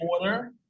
order